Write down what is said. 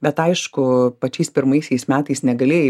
bet aišku pačiais pirmaisiais metais negalėjai